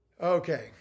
Okay